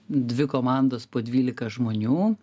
dvi komandos po dvylika žmonių